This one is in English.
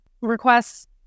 requests